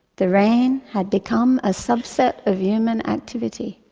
the rain had become a subset of human activity.